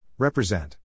Represent